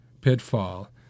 pitfall